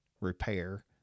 repair